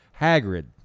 Hagrid